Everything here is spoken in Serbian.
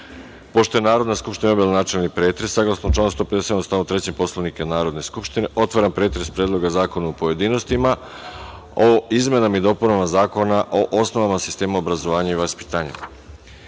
je Narodna skupština obavila načelni pretres, saglasno članu 157. stav 3. Poslovnika Narodne skupštine, otvaram pretres Predloga zakona u pojedinostima o izmenama i dopunama Zakona o osnovama sistema obrazovanja i vaspitanja. Na